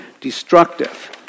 destructive